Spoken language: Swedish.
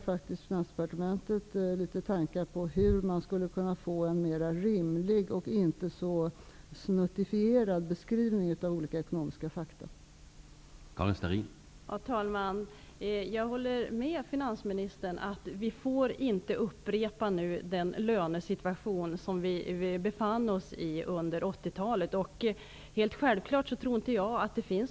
Finansdepartementet har tankar på hur man skulle kunna få en mera rimlig beskrivning av olika ekonomiska fakta, som inte är så snuttifierad.